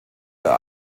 ihr